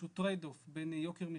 יש איזשהו טרייד-אוף ביחס ליוקר המחייה.